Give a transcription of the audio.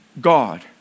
God